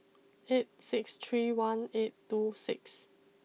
eight six three one eight two six